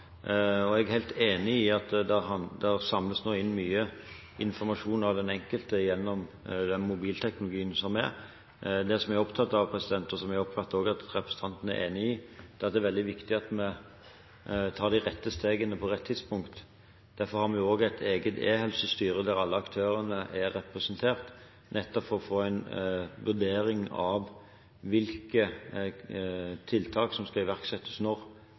og jeg er helt enig i at det nå samles inn mye informasjon av den enkelte gjennom mobilteknologien. Det som vi er opptatt av, og som jeg oppfatter at også representanten er enig i, er at det er veldig viktig at vi tar de rette stegene på rett tidspunkt. Derfor har vi også et eget e-helsestyre, der alle aktørene er representert, nettopp for å få en vurdering av hvilke tiltak som skal iverksettes